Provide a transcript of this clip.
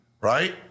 right